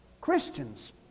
Christians